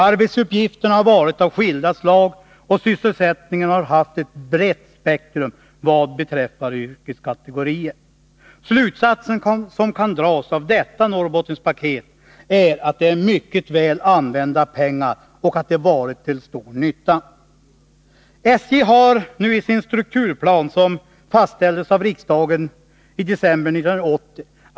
Arbetsuppgifterna har varit av skilda slag, och sysselsättningen har haft ett brett spektrum vad beträffar yrkeskategorier. Slutsatser som kan dras av detta Norrbottenpaket är att det är mycket väl använda pengar och att det har varit till stor nytta.